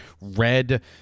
red